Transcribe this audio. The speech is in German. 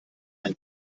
eine